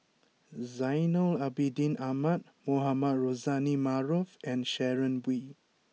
Zainal Abidin Ahmad Mohamed Rozani Maarof and Sharon Wee